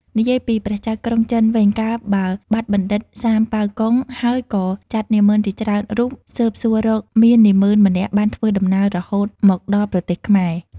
និយាយពីព្រះចៅក្រុងចិនវិញ កាលបើបាត់បណ្ឌិតសាមប៉ាវកុងហើយក៏ចាត់នាហ្មឺនជាច្រើនរូបស៊ើបសួររកមាននាហ្មឺនម្នាក់បានធ្វើដំណើររហូតមកដល់ប្រទេសខ្មែរ